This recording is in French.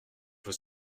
vos